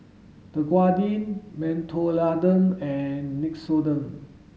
Dequadin Mentholatum and Nixoderm